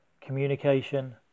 communication